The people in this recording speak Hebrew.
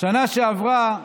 בשנה שעברה,